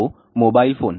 तो mobile phone